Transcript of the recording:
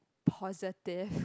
positive